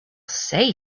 say